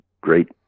great